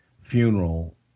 funeral